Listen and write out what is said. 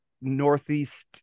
Northeast